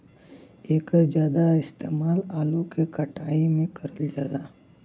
एकर जादा इस्तेमाल आलू के कटाई में करल जाला